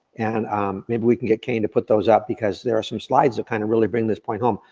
and um maybe we can get kane to put those up, because there are some slides that kind of really bring this point home.